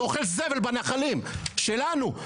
ואוכל זבל בנחלים שלנו,